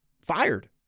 fired